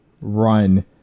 run